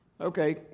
Okay